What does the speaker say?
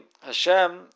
Hashem